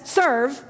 serve